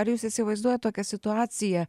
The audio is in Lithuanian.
ar jūs įsivaizduojat tokią situaciją